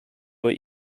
were